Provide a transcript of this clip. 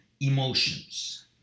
emotions